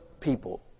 people